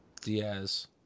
Diaz